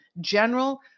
General